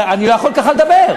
אני לא יכול כך לדבר.